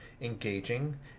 engaging